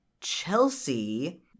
Chelsea